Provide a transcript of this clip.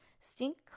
Stink